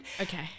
okay